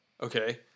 Okay